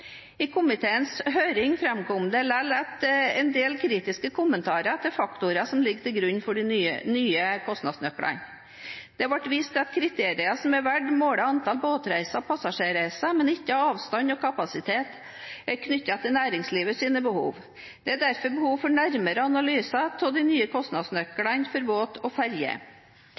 I komiteens høring framkom det likevel en del kritiske kommentarer til faktorer som ligger til grunn for de nye kostnadsnøklene. Det ble vist til at kriteriene som er valgt, måler antall båtreiser og passasjerreiser, men ikke avstand og kapasitet knyttet til næringslivets behov. Det er derfor behov for nærmere analyser av de nye kostnadsnøklene for båt og ferje.